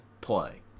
play